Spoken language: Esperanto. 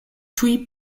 tuj